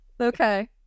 okay